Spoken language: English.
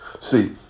See